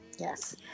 Yes